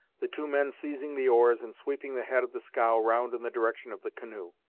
the two men seizing the oars and sweeping the head of the scow round in the direction of the canoe.